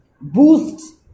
boosts